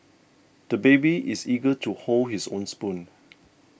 the baby is eager to hold his own spoon